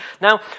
Now